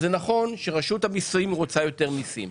אז זה נכון שרשות המסים רוצה יותר מסים,